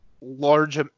large